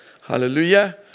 Hallelujah